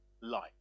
life